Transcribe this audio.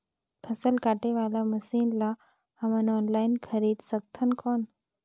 फसल काटे वाला मशीन ला हमन ऑनलाइन खरीद सकथन कौन?